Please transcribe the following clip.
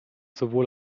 sowohl